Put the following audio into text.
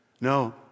No